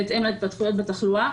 בהתאם להתפתחויות בתחלואה.